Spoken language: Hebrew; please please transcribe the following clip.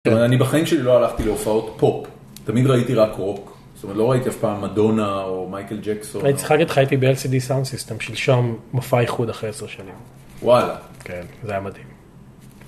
אני בחיים שלי לא הלכתי להופעות פופ, תמיד ראיתי רק רוק, לא ראיתי אף פעם מדונה או מייקל ג'קסו. הייתי צריך להגיד לך הייתי בלסד סאונד סיסטם שלשום מופע איחוד אחרי עשר שנים, וואלה, כן, זה היה מדהים.